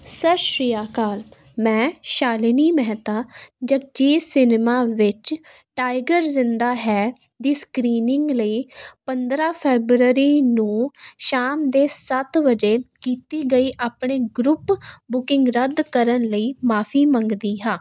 ਸਤਿ ਸ਼੍ਰੀ ਅਕਾਲ ਮੈਂ ਸ਼ਾਲਿਨੀ ਮਹਿਤਾ ਜਗਜੀਤ ਸਿਨਮਾ ਵਿੱਚ ਟਾਈਗਰ ਜਿੰਦਾ ਹੈ ਦੀ ਸਕਰੀਨਿੰਗ ਲਈ ਪੰਦਰ੍ਹਾਂ ਫੈਬਰਰੀ ਨੂੰ ਸ਼ਾਮ ਦੇ ਸੱਤ ਵਜੇ ਕੀਤੀ ਗਈ ਆਪਣੇ ਗਰੁੱਪ ਬੁਕਿੰਗ ਰੱਦ ਕਰਨ ਲਈ ਮੁਆਫੀ ਮੰਗਦੀ ਹਾਂ